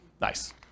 Nice